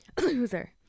Loser